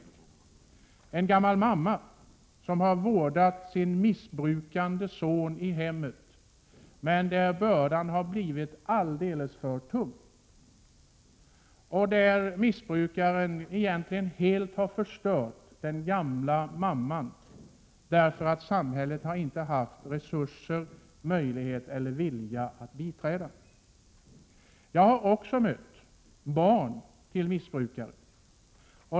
Jag tänker på en gammal mamma som har vårdat sin missbrukande son i hemmet, men där bördan har blivit alldeles för tung. Missbrukaren har egentligen helt förstört den gamla mamman, därför att samhället inte har haft resurser, möjlighet eller vilja att biträda. Jag har också mött barn till missbrukare.